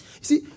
See